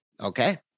Okay